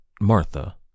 Martha